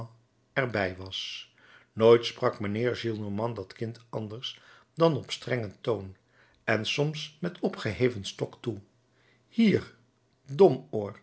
bij was nooit sprak mijnheer gillenormand dat kind anders dan op strengen toon en soms met opgeheven stok toe hier domoor